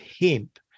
hemp